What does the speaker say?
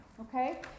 Okay